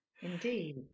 indeed